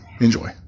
Enjoy